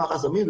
מה החסמים,